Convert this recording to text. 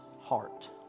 heart